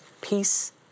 Peace